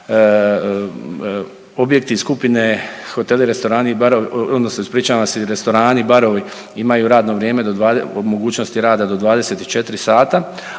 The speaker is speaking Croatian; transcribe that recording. odnosno ispričavam se restorani i barovi imaju radno vrijeme do, o mogućnosti rada do 24 sata,